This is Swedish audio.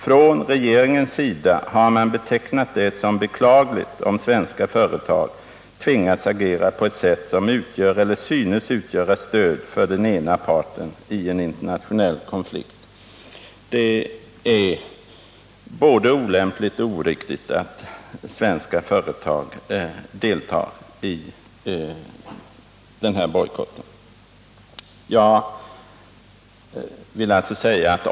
Från regeringens sida har man betecknat det som beklagligt om svenska företag tvingats agera på ett sätt som utgör eller synes utgöra stöd för den ena parten i en internationell konflikt.” Det är sålunda både olämpligt och oriktigt att svenska företag deltar i den här bojkotten.